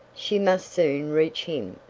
she must soon reach him!